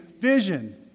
vision